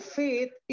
faith